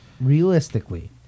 realistically